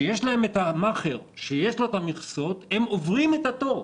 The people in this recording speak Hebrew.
שיש להם את המאכער עם המכסות, עוברים את התור.